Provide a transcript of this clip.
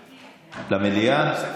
למליאה.